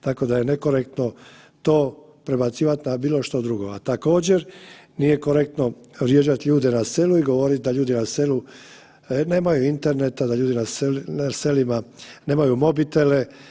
Tako da je nekorektno to prebacivati na bilo što drugo, a također, nije korektno vrijeđati ljude na selu i govoriti da ljudi na selu nemaju interneta, da ljudi na selima nemaju mobitele.